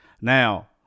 Now